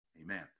Amen